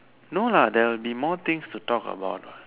no lah there would be more things to talk about